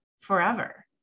forever